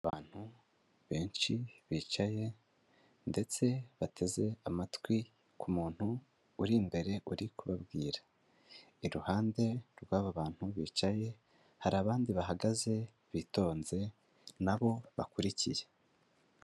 Abantu benshi bicaye ndetse bateze amatwi ku muntu uri imbere uri kubabwira. Iruhande rw'abo bantu bicaye, hari abandi bahagaze bitonze, nabo bakurikiye.